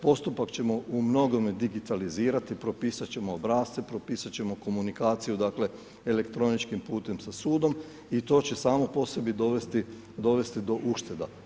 Postupak ćemo u mnogome digitalizirati, propisat ćemo obrasce, propisat ćemo komunikaciju dakle, elektroničkim putem sa sudom i to će samo po sebi dovesti do ušteda.